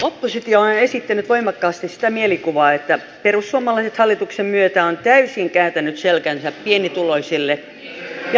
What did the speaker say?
oppositio on esittänyt voimakkaasti sitä mielikuvaa että perussuomalaiset hallituksen myötä on täysin kääntänyt selkänsä pienituloisille ja eläkeläisille